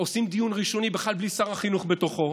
עושים דיון ראשוני בכלל בלי שר החינוך בתוכו,